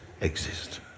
exist